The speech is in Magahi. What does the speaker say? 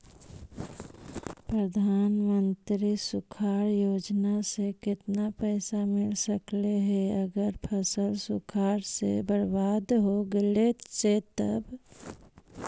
प्रधानमंत्री सुखाड़ योजना से केतना पैसा मिल सकले हे अगर फसल सुखाड़ से बर्बाद हो गेले से तब?